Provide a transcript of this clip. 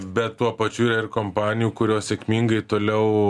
bet tuo pačiu yra ir kompanijų kurios sėkmingai toliau